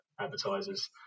advertisers